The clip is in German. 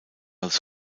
als